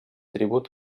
tribut